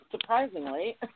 surprisingly